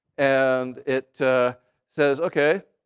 and it says, ok,